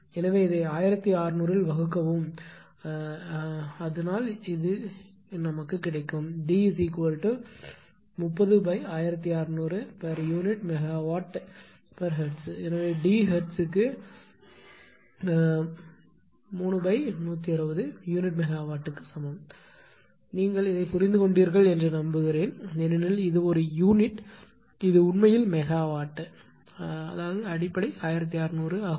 எனவே இதை 1600 ஆல் வகுக்கவும் அதனால் அது இருக்கும் D 301600 pu MWHz எனவே டி ஹெர்ட்ஸுக்கு 3160 யூனிட் மெகாவாட்டுக்கு சமம் நீங்கள் இதை புரிந்து கொண்டீர்கள் என்று நம்புகிறேன் ஏனெனில் இது ஒரு யூனிட் இது உண்மையில் மெகாவாட் ஆனால் அடிப்படை 1600 ஆகும்